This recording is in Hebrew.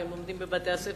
והם לומדים בבתי-הספר.